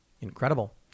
Incredible